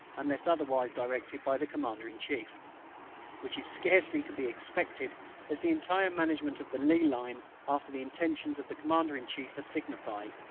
unless otherwise directed by the commander in chief which is scarcely to be expected as the entire management of the lee line, after the intentions of the commander in chief are signified,